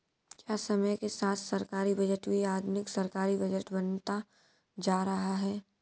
क्या समय के साथ सरकारी बजट भी आधुनिक सरकारी बजट बनता जा रहा है?